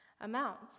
amount